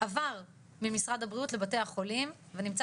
עבר ממשרד הבריאות לבתי החולים ונמצא